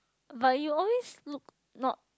but you always looked not